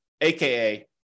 AKA